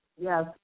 Yes